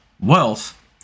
wealth